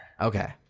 Okay